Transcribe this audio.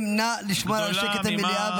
חברים, נא לשמוע על שקט במליאה.